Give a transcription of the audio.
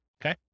Okay